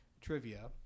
trivia